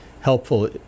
helpful